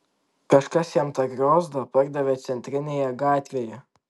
kažkas jam tą griozdą pardavė centrinėje gatvėje